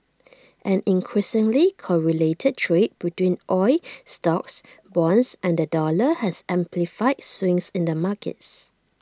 an increasingly correlated trade between oil stocks bonds and the dollar has amplified swings in the markets